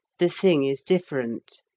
the thing is different,